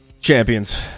champions